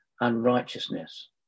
unrighteousness